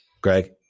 Greg